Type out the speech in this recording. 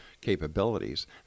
capabilities